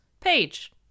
page